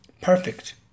Perfect